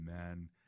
amen